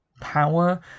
power